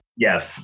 Yes